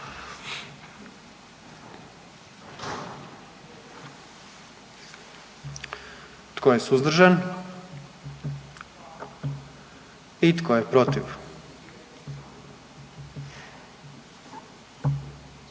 Tko je suzdržan? I tko je protiv?